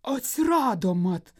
atsirado mat